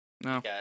No